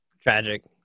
Tragic